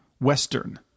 western